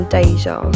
Deja